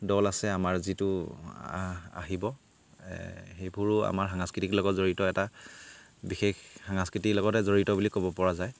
দল আছে আমাৰ যিটো আহিব সেইবোৰো আমাৰ সাংস্কৃতিক লগত জড়িত এটা বিশেষ সাংস্কৃতিৰ লগতে জড়িত বুলি ক'ব পৰা যায়